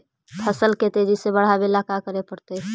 फसल के तेजी से बढ़ावेला का करे पड़तई?